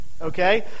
Okay